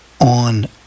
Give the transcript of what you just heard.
on